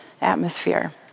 atmosphere